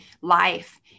life